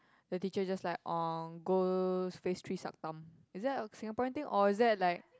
the teacher just like uh go face tree suck thumb is that a Singaporean thing or it that like